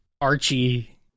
Archie